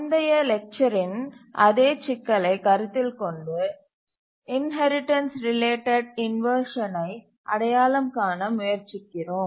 முந்தைய லெக்சரின் அதே சிக்கலைக் கருத்தில் கொண்டு இன்ஹெரிடன்ஸ் ரிலேட்டட் இன்வர்ஷனை அடையாளம் காண முயற்சிக்கிறோம்